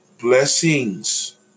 Blessings